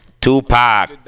Tupac